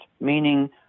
meaning